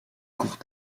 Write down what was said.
courts